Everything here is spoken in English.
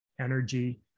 energy